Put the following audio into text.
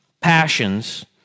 passions